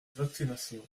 vaccination